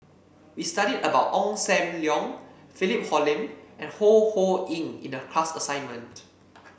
we studied about Ong Sam Leong Philip Hoalim and Ho Ho Ying in the class assignment